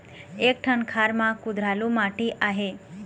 एक ठन खार म कुधरालू माटी आहे?